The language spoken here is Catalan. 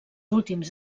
últims